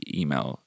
email